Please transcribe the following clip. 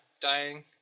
dying